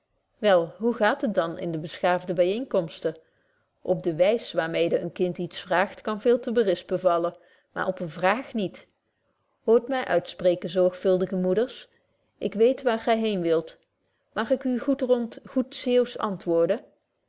wel hoe gaat het dan in de beschaafde byëenkomsten op de wys waar mede een kind iets vraagt kan veel te berispen vallen maar op een vraag niet hoort my uitspreken zorgvuldige moeders ik weet waar gy heen wilt mag ik u goedrond goed zeeuwsch antwoorden